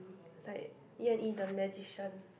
it's like Yan-Yee the magician